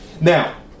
Now